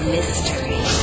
Mystery